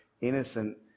innocent